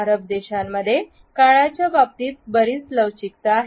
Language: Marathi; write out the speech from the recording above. अरब देशांमध्ये काळाच्या बाबतीत बरीच लवचिकता आहे